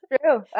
true